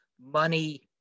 money